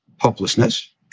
hopelessness